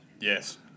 yes